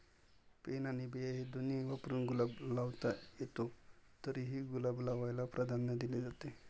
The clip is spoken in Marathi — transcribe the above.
पेन आणि बिया दोन्ही वापरून गुलाब लावता येतो, घरीही गुलाब लावायला प्राधान्य दिले जाते